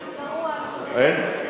כן,